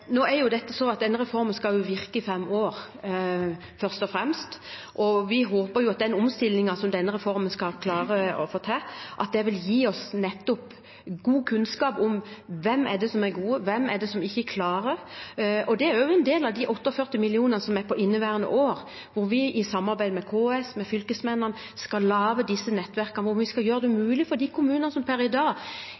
Nå er det sånn at reformen skal virke i fem år, først og fremst. Vi håper at den omstillingen som denne reformen skal klare å få til, vil gi oss nettopp god kunnskap om hvem det er som er gode, og hvem som ikke klarer ting. Det er jo også en del av de 48 millionene som er på inneværende år, hvor vi i samarbeid med KS og fylkesmennene skal lage nettverk hvor vi skal gjøre det